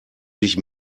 sich